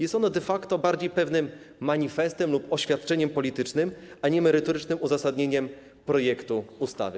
Jest ono de facto bardziej pewnym manifestem lub oświadczeniem politycznym niż merytorycznym uzasadnieniem projektu ustawy.